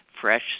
fresh